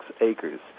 acres